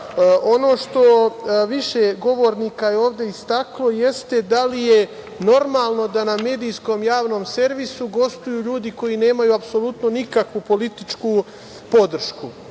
što je više govornika ovde istaklo, jeste da li je normalno da na medijskom Javnom servisu gostuju ljudi koji nemaju apsolutno nikakvu političku podršku?